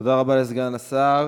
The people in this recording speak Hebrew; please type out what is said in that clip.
תודה רבה לסגן השר